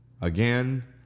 Again